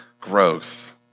growth